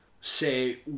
Say